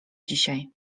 dzisiaj